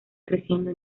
creciendo